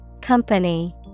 Company